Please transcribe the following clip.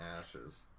ashes